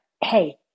hey